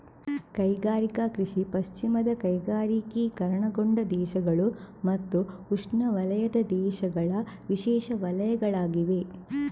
ಕೈಗಾರಿಕಾ ಕೃಷಿ ಪಶ್ಚಿಮದ ಕೈಗಾರಿಕೀಕರಣಗೊಂಡ ದೇಶಗಳು ಮತ್ತು ಉಷ್ಣವಲಯದ ದೇಶಗಳ ವಿಶೇಷ ವಲಯಗಳಾಗಿವೆ